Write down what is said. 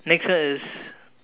next one is